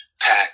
pack